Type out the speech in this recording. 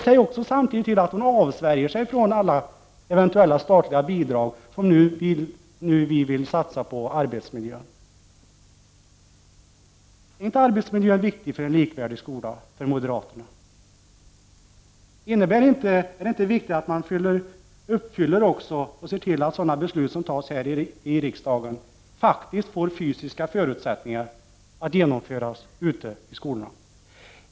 Säg samtidigt till henne att avsvärja sig alla eventuella statliga bidrag som vpk nu vill satsa på arbetsmiljön. Anser inte moderaterna att arbetsmiljön är viktig för en likvärdig skola? Är det inte viktigt att man ser till att de beslut som fattas här i riksdagen faktiskt också får fysiska förutsättningar att genomföras ute i skolorna?